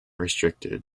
restricted